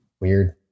weird